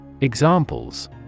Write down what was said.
Examples